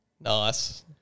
Nice